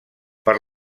per